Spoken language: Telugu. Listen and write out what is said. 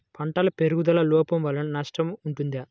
పంటల పెరుగుదల లోపం వలన నష్టము ఉంటుందా?